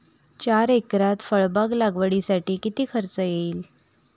चार एकरात फळबाग लागवडीसाठी किती खर्च येईल?